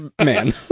man